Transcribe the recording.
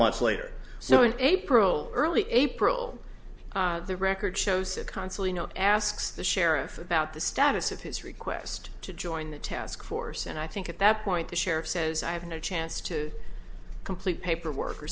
months later so in april early april the record shows a consul you know asks the sheriff about the status of his request to join the task force and i think at that point the sheriff says i have no chance to complete paperwork or